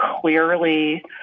clearly